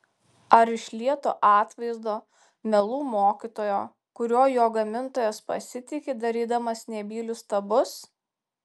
ar iš lieto atvaizdo melų mokytojo kuriuo jo gamintojas pasitiki darydamas nebylius stabus